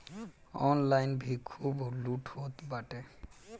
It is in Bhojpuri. ऑनलाइन भी खूब लूट होत बाटे